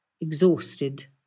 exhausted